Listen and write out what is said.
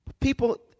People